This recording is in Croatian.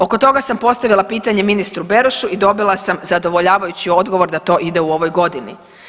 Oko toga sam postavila pitanje ministru Berošu i dobila sam zadovoljavajući odgovor da to ide u ovoj godini.